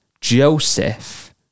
joseph